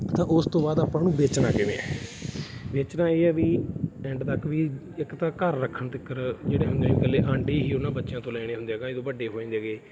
ਤਾਂ ਉਸ ਤੋਂ ਬਾਅਦ ਆਪਾਂ ਉਹਨੂੰ ਵੇਚਣਾ ਕਿਵੇਂ ਹੈ ਵੇਚਣਾ ਇਹ ਹੈ ਵੀ ਐਂਡ ਤੱਕ ਵੀ ਇੱਕ ਤਾਂ ਘਰ ਰੱਖਣ ਤੀਕਰ ਜਿਹੜੇ ਹੁੰਦੇ ਨੇ ਇਕੱਲੇ ਆਂਡੇ ਹੀ ਉਹਨਾਂ ਬੱਚਿਆਂ ਤੋਂ ਲੈਣੇ ਹੁੰਦੇ ਹੈਗੇ ਜਦੋਂ ਵੱਡੇ ਹੋ ਜਾਂਦੇ ਹੈਗੇ